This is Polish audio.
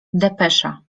depesza